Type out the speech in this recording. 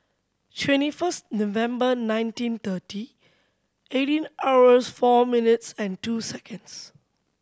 twenty first November nineteen thirty eighteen hours four minutes and two seconds